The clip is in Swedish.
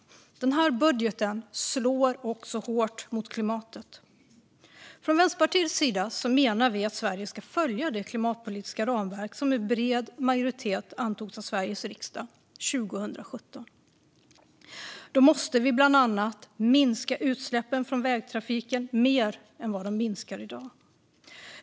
Denna budget slår också hårt mot klimatet. Vänsterpartiet menar att Sverige ska följa det klimatpolitiska ramverk som med bred majoritet antogs av Sveriges riksdag 2017. Då måste vi bland annat minska utsläppen från vägtrafiken mer än vad de minskar i dag.